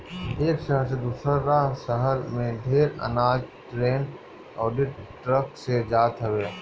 एक शहर से दूसरा शहर में ढेर अनाज ट्रेन अउरी ट्रक से जात हवे